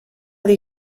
dir